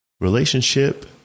relationship